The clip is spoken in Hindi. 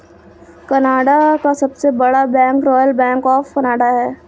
कनाडा का सबसे बड़ा bank royal bank of Canada है